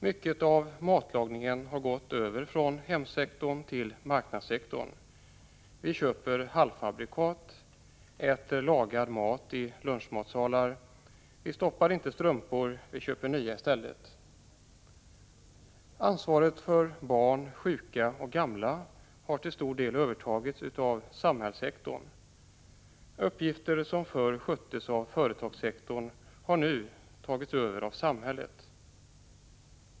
Mycket av matlagningen har gått över från hemsektorn till marknadssektorn. Vi köper halvfabrikat, äter lagad mat i lunchmatsalar. Vi stoppar inte strumpor, vi köper nya i stället. Ansvaret för barn, sjuka och gamla har till stor del övertagits av samhällssektorn. Uppgifter som förr sköttes av företagssektorn har nu tagits över av samhället.